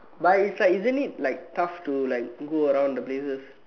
but is like isn't it like tough to like go around the places